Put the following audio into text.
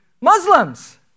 Muslims